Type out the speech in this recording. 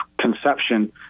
conception